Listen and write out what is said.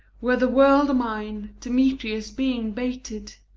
were the world mine, demetrius being bated,